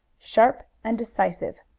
sharp and decisive.